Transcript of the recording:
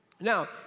Now